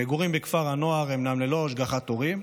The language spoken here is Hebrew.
המגורים בכפר הנוער אומנם ללא השגחת ההורים,